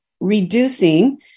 reducing